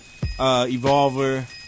Evolver